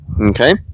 Okay